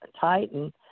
Titan